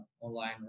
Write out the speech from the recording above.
online